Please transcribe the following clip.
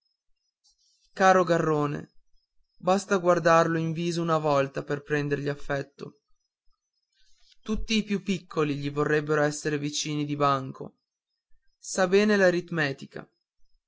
caro garrone basta guardarlo in viso una volta per prendergli affetto tutti i più piccoli gli vorrebbero essere vicini di banco sa bene